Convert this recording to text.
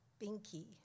Binky